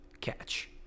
catch